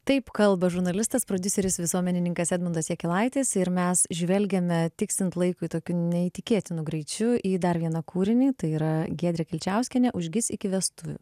taip kalba žurnalistas prodiuseris visuomenininkas edmundas jakilaitis ir mes žvelgiame tiksint laikui tokiu neįtikėtinu greičiu į dar vieną kūrinį tai yra giedrė kilčiauskienė užgis iki vestuvių